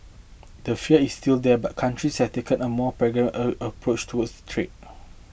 the fear is still there but countries had taken a more pragmatic a approach towards trade